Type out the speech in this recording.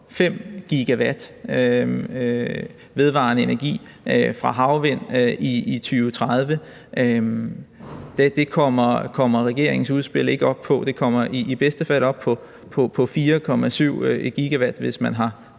5 GW vedvarende energi fra havvind i 2030. Det kommer regeringens udspil ikke op på; det kommer i bedste fald op på 4,7 GW, hvis man har